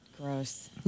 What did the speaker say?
Gross